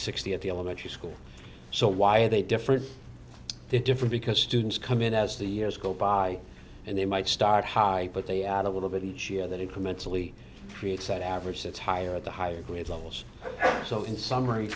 sixty at the elementary school so why are they different they're different because students come in as the years go by and they might start high but they add a little bit each year that incrementally creates at average that's higher at the higher grade levels so in summary